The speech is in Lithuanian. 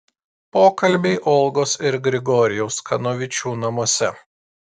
pokalbiai olgos ir grigorijaus kanovičių namuose